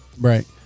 Right